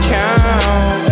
count